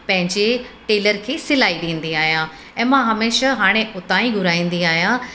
पंहिंजे टेलर खे सिलाई ॾींदी आहियां ऐं मां हमेशा हाणे हुतां ई घुराईंदी आहियां